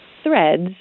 Threads